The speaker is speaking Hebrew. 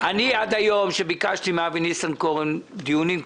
עד היום כשביקשתי מאבי ניסנקורן לערוך דיונים כאלה,